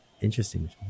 interesting